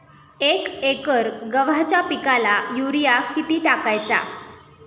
एक एकर गव्हाच्या पिकाला युरिया किती टाकायचा?